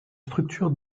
structures